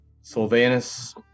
Sylvanus